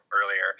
earlier